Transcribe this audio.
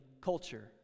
culture